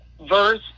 Verse